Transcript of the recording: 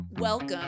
welcome